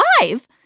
live